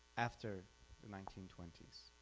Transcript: after the nineteen twenties.